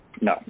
No